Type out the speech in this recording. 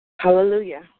Hallelujah